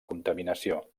contaminació